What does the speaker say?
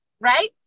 right